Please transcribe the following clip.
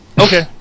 Okay